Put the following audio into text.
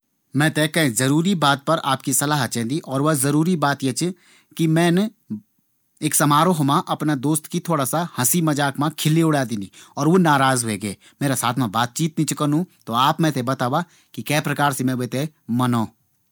मैं थें एक बहुत जरूरी बात पर आपकी सलाह चैन्दी। और वा बात या च कि मैंन एक समारोह मा अपना दोस्त की हंसी मजाक मा खिल्ली उड़े दिनी। और वू नाराज ह्वे गे। मेरा साथ मा बातचीत नी च करनू त आप मैं थें यन बतावा कि कै प्रकार से मैं वी थें मनो?